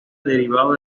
derivado